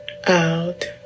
Out